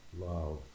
love